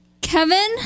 Kevin